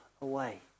away